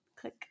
click